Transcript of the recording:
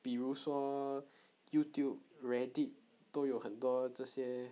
比如说 youtube reddit 都有很多这些